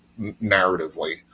narratively